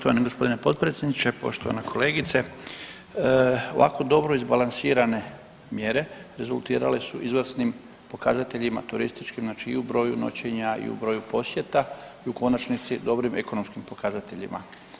Poštovani gospodine potpredsjedniče, poštovana kolegice ovako dobro izbalansirane mjere rezultirale su izvrsnim pokazateljima turističkim znači i u broju noćenja i u broju posjeta i u konačnici dobrim ekonomskim pokazateljima.